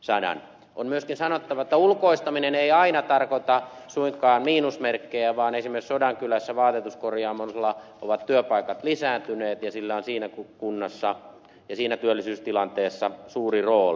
on myöskin sanottava että ulkoistaminen ei aina tarkoita suinkaan miinusmerkkejä vaan esimerkiksi sodankylässä vaatetuskorjaamolla ovat työpaikat lisääntyneet ja sillä on siinä kunnassa ja siinä työllisyystilanteessa suuri rooli